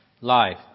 life